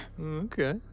Okay